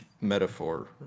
metaphor